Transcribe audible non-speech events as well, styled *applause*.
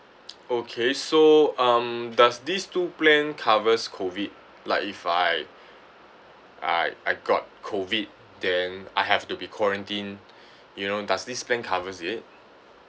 okay so um does these two plan covers COVID like if I I I got COVID then I have to be quarantined *breath* you know does these plan covers it